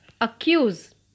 accuse